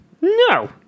No